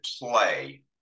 play